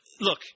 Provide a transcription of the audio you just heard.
Look